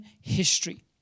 history